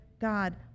God